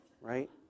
right